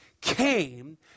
came